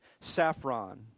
saffron